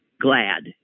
glad